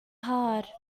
hard